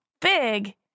big